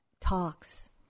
talks